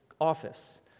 office